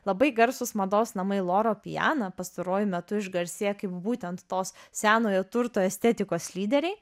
labai garsūs mados namai loro piano pastaruoju metu išgarsėję kaip būtent tos senojo turto estetikos lyderiai